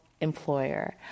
employer